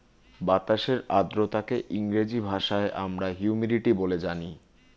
বাতাসের আর্দ্রতাকে ইংরেজি ভাষায় আমরা হিউমিডিটি বলে জানি